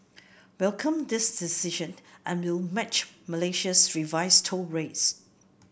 welcome this decision and will match Malaysia's revised toll rates